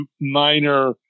minor